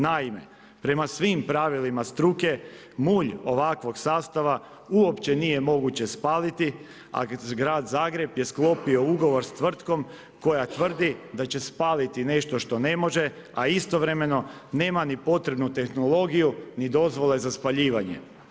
Naime, prema svim pravilima struke mulj ovakvog sastava uopće nije moguće spaliti, a grad Zagreb je sklopio ugovor s tvrtkom koja tvrdi da će spaliti nešto što ne može a istovremeno nema ni potrebnu tehnologiju ni dozvole za spaljivanje.